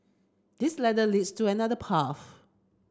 this ladder leads to another path